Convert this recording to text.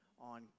on